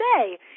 say